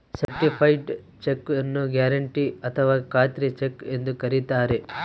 certified check ನ್ನು guarantee ಅಥಾವ ಖಾತ್ರಿ ಚೆಕ್ ಎಂದು ಕರಿತಾರೆ